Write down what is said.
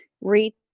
read